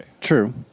True